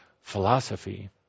philosophy